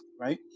right